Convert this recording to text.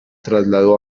trasladó